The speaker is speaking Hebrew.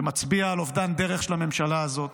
שמצביע על אובדן דרך של הממשלה הזאת,